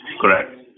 Correct